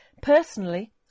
Personally